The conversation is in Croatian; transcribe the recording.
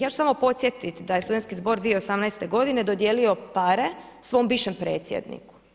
Ja ću samo podsjetiti da je Studentski zbog 2018. godine dodijelio pare svom bivšem predsjedniku.